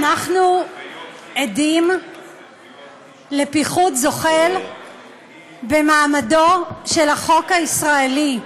אנחנו עדים לפיחות זוחל במעמדו של החוק הישראלי.